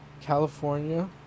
California